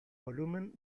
volumen